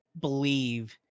believe